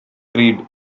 creed